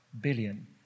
billion